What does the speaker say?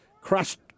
Crushed